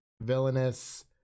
villainous